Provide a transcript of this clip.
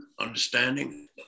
understanding